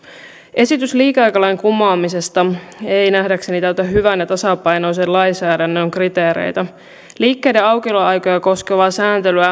esitys liikeaikalain kumoamisesta ei ei nähdäkseni täytä hyvän ja tasapainoisen lainsäädännön kriteereitä liikkeiden aukioloaikoja koskevaa sääntelyä